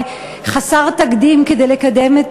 חסר תקדים כדי לקדם את